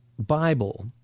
Bible